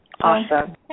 Awesome